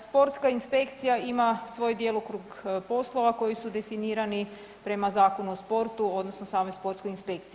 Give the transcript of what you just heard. Sportska inspekcija ima svoj djelokrug poslova koji su definirani prema Zakonu o sportu, odnosno samoj sportskoj inspekciji.